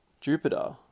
Jupiter